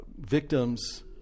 victims